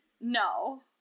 no